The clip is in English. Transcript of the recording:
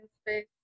space